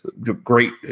great